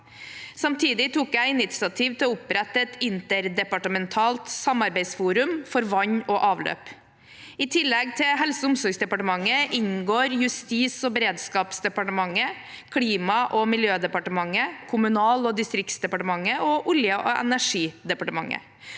Samtidig tok jeg initiativ til å opprette et interdepartementalt samarbeidsforum for vann og avløp. I tillegg til Helse- og omsorgsdepartementet inngår Justis- og beredskapsdepartementet, Klima- og miljødepartementet, Kommunal- og distriktsdepartementet og Olje- og energidepartementet